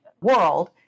world